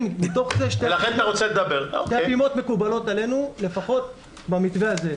שתי הפעימות מקובלות עלינו, לפחות במתווה הזה.